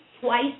twice